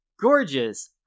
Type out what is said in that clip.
gorgeous